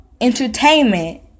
Entertainment